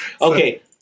Okay